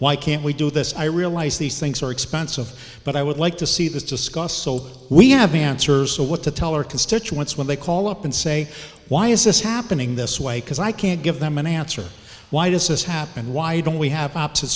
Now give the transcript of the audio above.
why can't we do this i realize these things are expensive but i would like to see this discussed so we have answers to what to tell our constituents when they call up and say why is this happening this way because i can't give them an answer why this has happened why don't we have